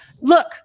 look